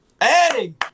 Hey